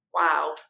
wow